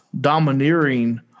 domineering